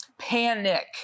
Panic